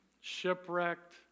shipwrecked